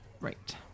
Right